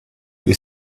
you